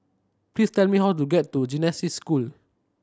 please tell me how to get to Genesis School